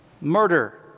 Murder —